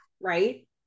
right